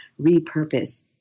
repurpose